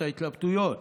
את ההתלבטויות